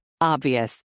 Obvious